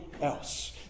else